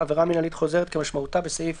עבירה מינהלית חוזרת כמשמעותה בסעיף